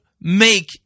make